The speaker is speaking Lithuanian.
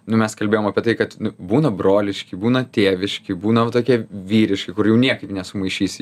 nu mes kalbėjom apie tai kad būna broliški būna tėviški būna va tokie vyriški kur jau niekaip nesumaišysi